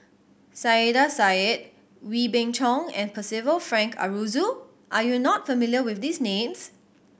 Saiedah Said Wee Beng Chong and Percival Frank Aroozoo are you not familiar with these names